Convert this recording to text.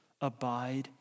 abide